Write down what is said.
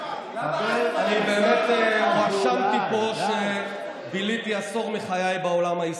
אני באמת הואשמתי פה שביליתי עשור מחיי בעולם העסקי.